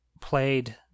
played